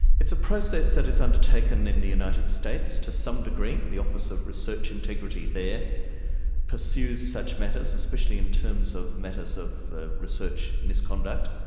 it's a process that is undertaken in the united states to some degree, the office of research integrity there pursues such matters, especially in terms of matters of research research misconduct.